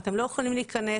אתם לא יכולים להיכנס,